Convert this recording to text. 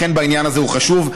לכן העניין הזה חשוב.